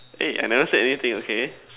eh I never say anything okay